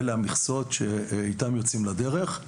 אלה המכסות שאיתן יוצאים לדרך.